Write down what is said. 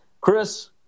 chris